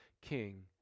king